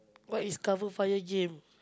what is cover fire game